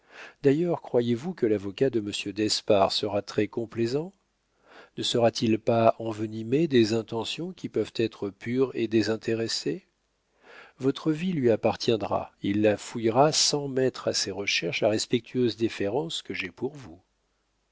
d'ailleurs croyez-vous que l'avocat de monsieur d'espard sera très complaisant ne saura-t-il pas envenimer des intentions qui peuvent être pures et désintéressées votre vie lui appartiendra il la fouillera sans mettre à ses recherches la respectueuse déférence que j'ai pour vous